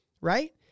Right